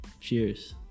Cheers